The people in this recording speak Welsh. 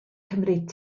cymryd